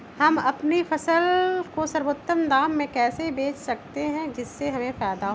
हम अपनी फसल को सर्वोत्तम दाम में कैसे बेच सकते हैं जिससे हमें फायदा हो?